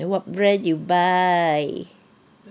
what brand you buy